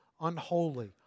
unholy